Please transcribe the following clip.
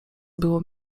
było